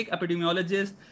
Epidemiologist